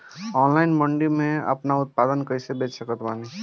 Online mandi मे आपन उत्पादन कैसे बेच सकत बानी?